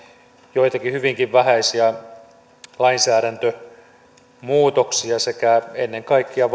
joitakin hyvinkin vähäisiä lainsäädäntömuutoksia sekä ennen kaikkea